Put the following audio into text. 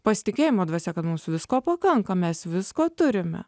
pasitikėjimo dvasia kad mums visko pakanka mes visko turime